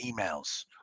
emails